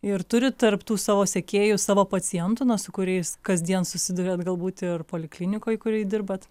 ir turit tarp tų savo sekėjų savo pacientų na su kuriais kasdien susiduriat galbūt ir poliklinikoj kurioj dirbat